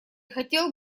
хотел